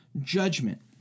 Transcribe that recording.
judgment